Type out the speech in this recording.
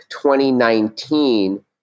2019